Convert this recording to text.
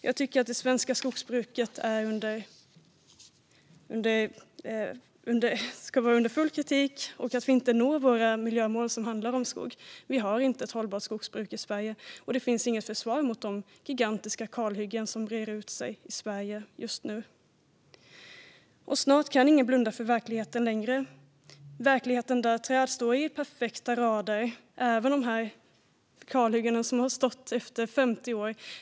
Jag tycker att det svenska skogsbruket ska kritiseras. Vi når inte miljömålen som gäller skog. Det finns inte ett hållbart skogsbruk i Sverige, och det finns inget försvar mot de gigantiska kalhyggen som breder ut sig i Sverige just nu. Snart kan ingen blunda för verkligheten längre. Verkligheten är träd i perfekta rader, även på kalhyggen som har stått där i 50 år.